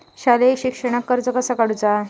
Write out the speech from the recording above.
शालेय शिक्षणाक कर्ज कसा काढूचा?